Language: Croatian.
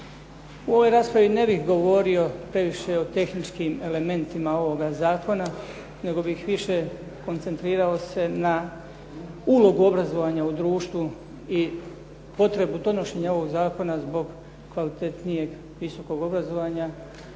U ovoj raspravi ne bih govorio previše o tehničkim elementima ovoga zakona nego bih više koncentrirao se na ulogu obrazovanja u društvu i potrebu donošenja ovoga zakona zbog kvalitetnijeg visokog obrazovanja